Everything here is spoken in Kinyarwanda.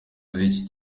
z’iki